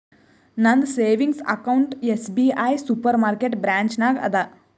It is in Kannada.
ನಂದ savings account SBI supermarket branch ನಾಗ್ ಅದಾ